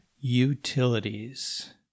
utilities